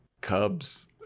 cubs